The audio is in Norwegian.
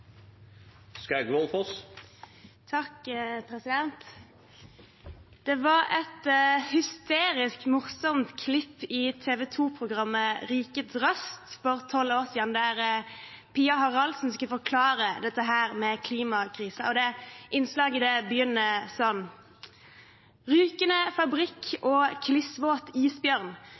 Det var et hysterisk morsomt klipp i TV 2-programmet Rikets Røst for tolv år siden, der Pia Haraldsen skulle forklare dette med klimakrisen. Innslaget begynner sånn: Rykende fabrikk og klissvåt isbjørn